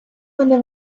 вони